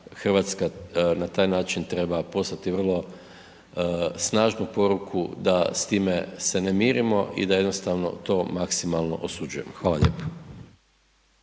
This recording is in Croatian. da RH na taj način treba poslati vrlo snažnu poruku da s time se ne mirimo i da jednostavno to maksimalno osuđujemo. Hvala lijepo.